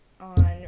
on